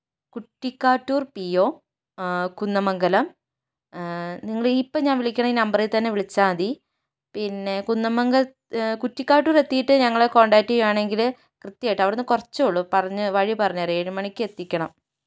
Kuttikkattoor P O Kunnamangalam നിങ്ങളീ ഇപ്പം ഞാൻ വിളിക്കണ ഈ നമ്പറിൽ തന്നെ വിളിച്ചാൽ മതി പിന്നെ കുന്നമംഗൽ കുറ്റിക്കാട്ടൂരെത്തിയിട്ട് ഞങ്ങളെ കോൺടാക്റ്റ് ചെയ്യുകയാണെങ്കിൽ കൃത്യമായിട്ട് അവിടെ നിന്ന് കുറച്ചേയുള്ളു പറഞ്ഞ് വഴി പറഞ്ഞ് തരാം ഏഴുമണിക്കെത്തിക്കണം